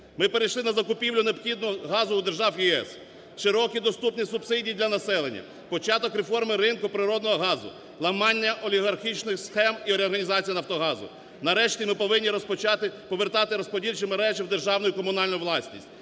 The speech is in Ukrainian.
Ми перейшли на закупівлю необхідного газу у держав ЄС. Широкі і доступні субсидії для населення, початок реформи ринку природного газу, ламання олігархічних схем і реорганізація "Нафтогазу", нарешті, ми повинні розпочати повертати розподільчі мережі в державну і комунальну власність.